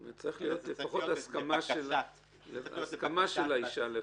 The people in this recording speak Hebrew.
זאת אומרת, צריך שתהיה לפחות הסכמה של האישה.